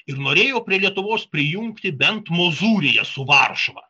ir norėjo prie lietuvos prijungti bent mozūriją su varšuva